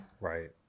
Right